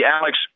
Alex